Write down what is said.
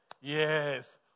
Yes